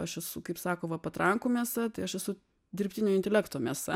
aš esu kaip sakoma patrankų mėsa tai aš esu dirbtinio intelekto mėsa